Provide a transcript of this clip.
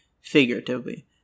figuratively